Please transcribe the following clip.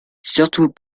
surtout